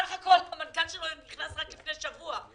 בסך הכול המנכ"ל שלו נכנס רק לפני שבוע,